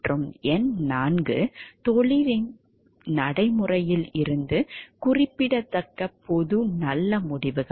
மற்றும் எண் 4 தொழிலின் நடைமுறையில் இருந்து குறிப்பிடத்தக்க பொது நல்ல முடிவுகள்